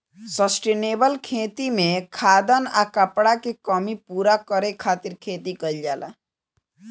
sustainable खेती में खाद्यान आ कपड़ा के कमी पूरा करे खातिर खेती कईल जाला